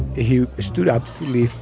who stood up to leave.